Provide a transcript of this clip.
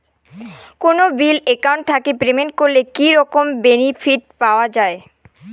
কোনো bill account থাকি payment করলে কি রকম বেনিফিট পাওয়া য়ায়?